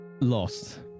lost